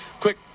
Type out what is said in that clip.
Quick